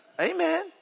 Amen